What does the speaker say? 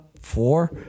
four